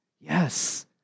yes